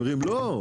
הם אומרים: לא,